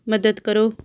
ਮਦਦ ਕਰੋ